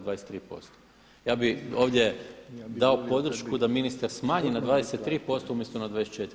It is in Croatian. Ja bih ovdje dao podršku da ministar smanji na 23% umjesto na 24.